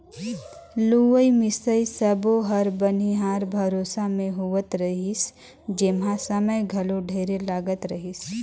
लुवई मिंसई सब्बो हर बनिहार भरोसा मे होवत रिहिस जेम्हा समय घलो ढेरे लागत रहीस